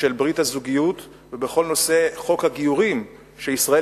של ברית הזוגיות ובכל נושא חוק הגיורים שישראל